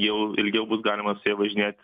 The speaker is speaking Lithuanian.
jau ilgiau bus galima su ja važinėti